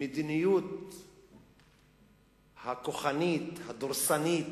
המדיניות הכוחנית, הדורסנית,